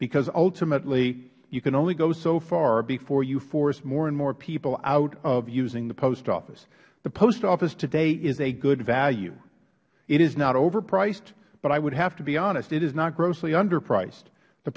because ultimately you can only go so far before you force more and more people out of using the post office the post office today is a good value it is not overpriced but i would have to be honest it is not grossly underpriced the